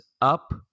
up